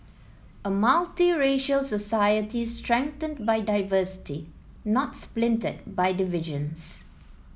a multiracial society strengthened by diversity not splintered by divisions